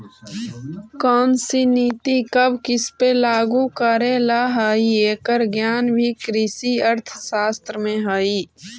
कौनसी नीति कब किसपे लागू करे ला हई, एकर ज्ञान भी कृषि अर्थशास्त्र में हई